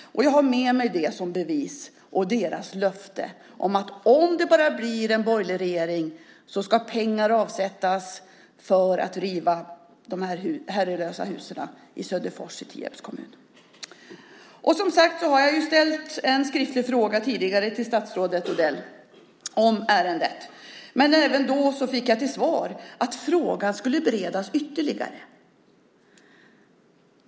Jag har med mig det som bevis på deras löfte om att om det bara blir en borgerlig regering ska pengar avsättas för att riva de herrelösa husen i Söderfors i Tierps kommun. Jag har som sagt ställt en skriftlig fråga tidigare till statsrådet Odell i ärendet. Även då fick jag till svar att frågan skulle beredas ytterligare.